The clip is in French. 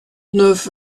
neuf